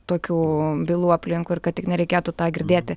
tokių bylų aplinkui ir kad tik nereikėtų tą girdėti